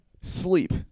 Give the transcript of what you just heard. sleep